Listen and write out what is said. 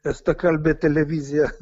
estakalbė televizija